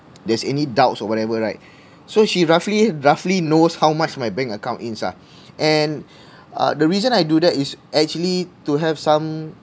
there's any doubts or whatever right so she roughly roughly knows how much my bank account ins ah and the reason I do that is actually to have some